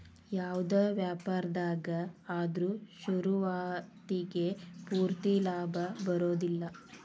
ಯಾವ್ದ ವ್ಯಾಪಾರ್ದಾಗ ಆದ್ರು ಶುರುವಾತಿಗೆ ಪೂರ್ತಿ ಲಾಭಾ ಬರೊದಿಲ್ಲಾ